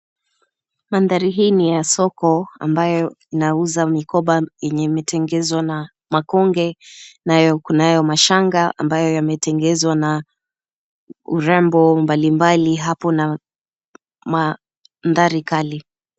Mandhari hii ni ya soko ambayo inauza mikoba yenye imetengezwa na makonge, nayo kunayo mashanga ambayo imetengezwa na urembo mbalimbali hapo na mandhari kali